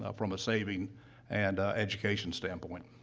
ah from a saving and, ah, education standpoint.